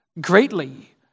greatly